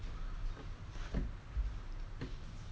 dead silence can you start the conversation err